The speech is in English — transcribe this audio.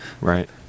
Right